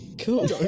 Cool